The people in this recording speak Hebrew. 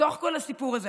בתוך כל הסיפור הזה,